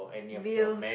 bills